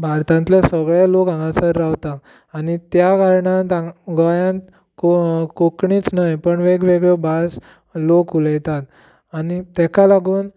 भारतांतले सगळें लोक हांगासर रावता आनी त्या कारणान गोंयात कोंकणीच न्हय पण वेगवेगळो भास लोक उलयतात आनी तेका लागून